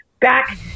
back